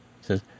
says